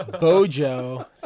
Bojo